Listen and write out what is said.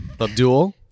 Abdul